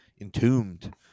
entombed